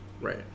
Right